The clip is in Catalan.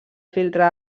filtre